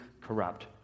corrupt